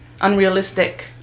unrealistic